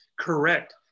correct